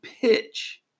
pitch